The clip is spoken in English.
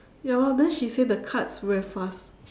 ya lor then she say the cards we are fast